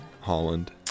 Holland